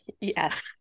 Yes